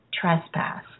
trespass